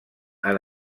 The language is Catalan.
han